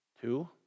Two